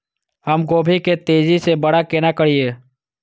हम गोभी के तेजी से बड़ा केना करिए?